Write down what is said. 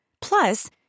Plus